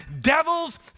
devils